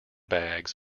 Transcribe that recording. bags